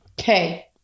Okay